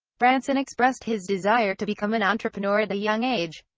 branson expressed his desire to become an entrepreneur at a young age.